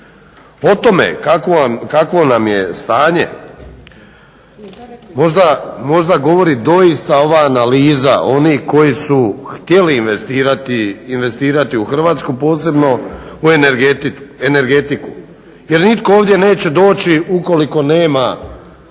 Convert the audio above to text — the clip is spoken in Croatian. O tome kakvo nam je stanje možda govori doista ova analiza onih koji su htjeli investirati u Hrvatsku, posebno u energetiku. Jer nitko ovdje neće doći ukoliko nema